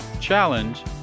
challenge